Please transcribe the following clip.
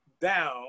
down